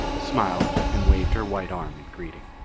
smiled and waved her white arm in greeting.